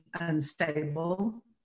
unstable